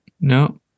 no